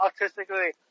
autistically